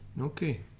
okay